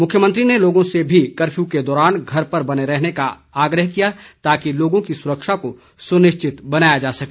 मुख्यमंत्री ने लोगों से भी कफ्यू के दौरान घर पर बने रहने का आग्रह किया ताकि लोगों की सुरक्षा को सुनिश्चित बनाया जा सके